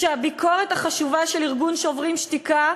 כשהביקורת החשובה של ארגון "שוברים שתיקה",